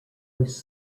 was